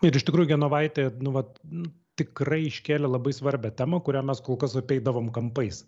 ir iš tikrųjų genovaitė nu vat nu tikrai iškėlė labai svarbią temą kurią mes kol kas apeidavom kampais